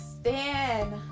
stand